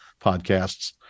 podcasts